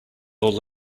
old